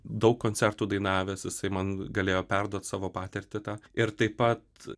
daug koncertų dainavęs jisai man galėjo perduot savo patirtį tą ir taip pat